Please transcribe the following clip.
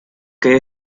que